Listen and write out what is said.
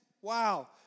Wow